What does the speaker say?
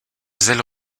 zèle